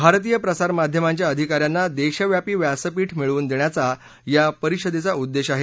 भारतीय प्रसारमाध्यमांच्या अधिकाऱ्यांना देशव्यापी व्यासपीठ मिळवून देण्याचा या परिषदेचा उद्देश आहे